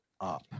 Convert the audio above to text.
up